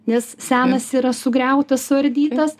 nes senas yra sugriautas suardytas